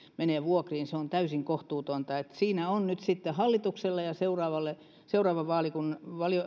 menee vuokriin se on täysin kohtuutonta siinä on nyt sitten hallitukselle ja seuraavan vaalikauden